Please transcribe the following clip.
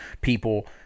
people